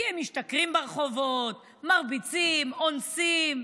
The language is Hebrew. כי הם משתכרים ברחובות, מרביצים, אונסים.